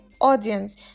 audience